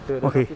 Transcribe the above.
okay